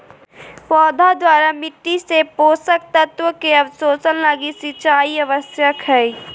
पौधा द्वारा मिट्टी से पोषक तत्व के अवशोषण लगी सिंचाई आवश्यक हइ